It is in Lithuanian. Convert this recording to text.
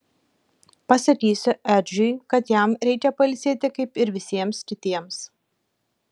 pasakysiu edžiui kad jam reikia pailsėti kaip ir visiems kitiems